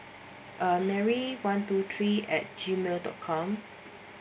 uh mary one two three at G mail dot com